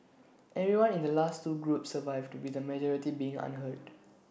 everyone in the last two groups survived with A majority being unhurt